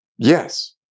Yes